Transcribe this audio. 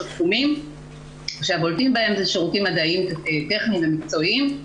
תחומים שהבולטים בהם זה שירותים מדעיים טכניים ומקצועיים,